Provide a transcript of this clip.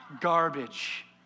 Garbage